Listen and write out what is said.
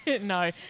No